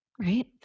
Right